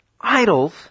idols